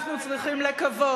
אנחנו צריכים לקוות,